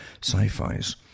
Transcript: sci-fis